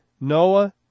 Noah